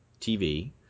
TV